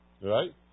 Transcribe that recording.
Right